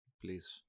please